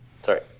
Sorry